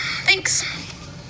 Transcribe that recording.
thanks